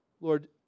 Lord